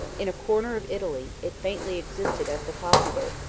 in a corner of italy, it faintly existed as the popular,